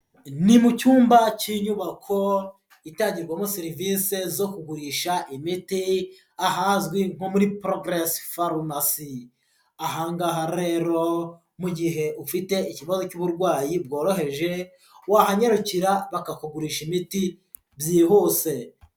Ni mu cyumba cy'inyubako itangirwamo serivise zo kugurisha imiti, ahazwi nko muri Progress Pharmacy. Aha ngaha rero mu gihe ufite ikibazo cy'uburwayi bworoheje, wahanyirukira bakakugurisha imiti byihuse.